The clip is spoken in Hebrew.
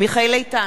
מיכאל איתן,